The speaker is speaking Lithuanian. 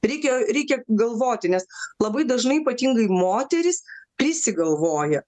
reikia reikia galvoti nes labai dažnai ypatingai moterys prisigalvoja